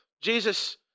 Jesus